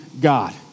God